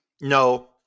No